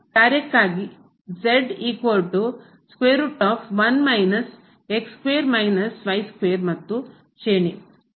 ಇದು ಡೊಮೇನ್ ಅನ್ನು ರೂಪಿಸುತ್ತದೆ ಈ ಕಾರ್ಯಕ್ಕಾಗಿ ಮತ್ತು ಶ್ರೇಣಿ